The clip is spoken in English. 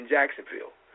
Jacksonville